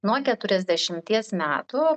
nuo keturiasdešimties metų